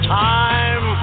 time